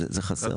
זה חסר.